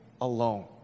alone